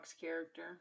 character